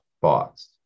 thoughts